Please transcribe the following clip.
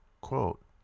Quote